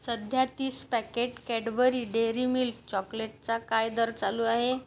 सध्या तीस packet Cadbury dairy milk चॉकलेटचा काय दर चालू आहे